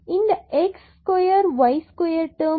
இந்த x square y square term cos என்பது minus sign